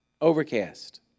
overcast